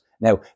Now